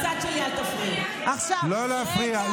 לא להפריע.